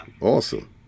awesome